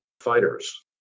fighters